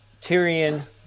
Tyrion